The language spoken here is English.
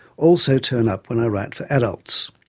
also turn up when i write for adults.